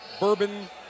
bourbon